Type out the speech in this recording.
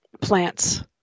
plants